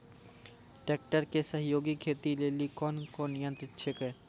Tractor के सहयोगी खेती लेली कोन कोन यंत्र छेकै?